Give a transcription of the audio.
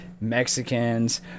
Mexicans